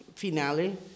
Finale